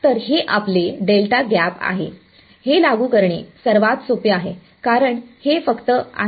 तर हे आपले डेल्टा गॅप आहे हे लागू करणे सर्वात सोपे आहे कारण हे फक्त आहे